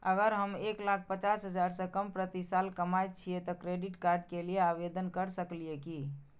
अगर हम एक लाख पचास हजार से कम प्रति साल कमाय छियै त क्रेडिट कार्ड के लिये आवेदन कर सकलियै की?